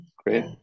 great